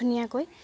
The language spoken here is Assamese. ধুনীয়াকৈ